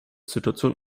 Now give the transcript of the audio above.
situation